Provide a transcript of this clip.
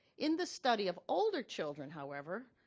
in this study of older children, however,